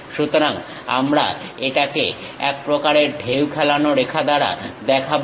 সুতরাং আমরা এটাকে এক প্রকারের ঢেউ খেলানো রেখা দ্বারা দেখাবো